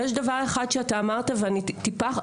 יש דבר אחד שאתה אמרת ואני טיפה,